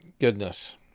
goodness